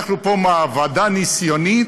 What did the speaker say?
אנחנו פה מעבדה ניסיונית,